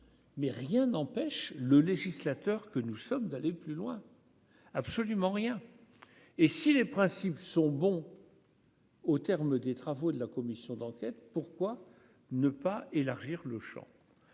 mais rien n'empêche le législateur que nous sommes, d'aller plus loin, absolument rien, et si les principes sont bons. Au terme des travaux de la commission d'enquête pourquoi. Ne pas élargir le Champ,